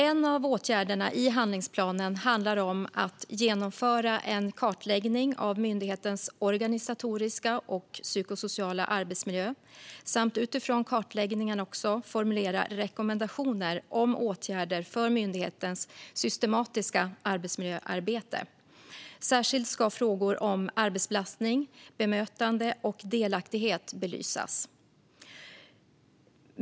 En av åtgärderna i handlingsplanen handlar om att genomföra en kartläggning av myndighetens organisatoriska och psykosociala arbetsmiljö samt utifrån kartläggningen formulera rekommendationer om åtgärder för myndighetens systematiska arbetsmiljöarbete. Särskilt ska frågor om arbetsbelastning, bemötande och delaktighet belysas.